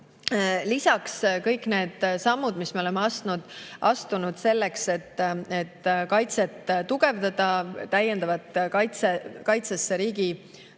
Lisaks kõik need sammud, mis me oleme astunud selleks, et kaitset tugevdada, kaitsesse